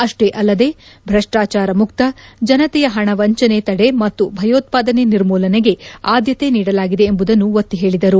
ಅಷ್ಲೇ ಅಲ್ಲದೆ ಭ್ರಷ್ಲಾಚಾರ ಮುಕ್ತ ಜನತೆಯ ಹಣ ವಂಚನೆ ತಡೆ ಮತ್ತು ಭಯೋತ್ವಾದನೆ ನಿರ್ಮೂಲನೆಗೆ ಆದ್ದತೆ ನೀಡಲಾಗಿದೆ ಎಂಬುದನ್ನು ಒತ್ತಿ ಹೇಳಿದರು